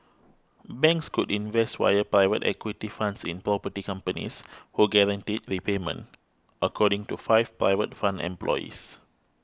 banks could invest via private equity funds in property companies who guaranteed repayment according to five private fund employees